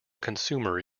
consumer